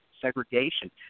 segregation